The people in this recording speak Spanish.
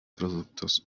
productos